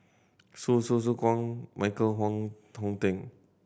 Hsu Tse Kwang Michael Wong Hong Teng